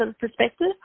perspective